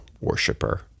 worshiper